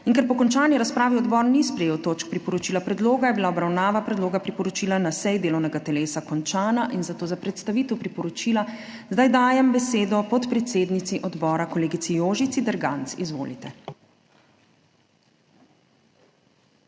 in ker po končani razpravi odbor ni sprejel točk priporočila predloga, je bila obravnava predloga priporočila na seji delovnega telesa končana. In zato za predstavitev priporočila zdaj dajem besedo podpredsednici odbora, kolegici Jožici Derganc. Izvolite.